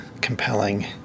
compelling